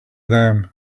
them